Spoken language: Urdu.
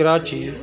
کراچی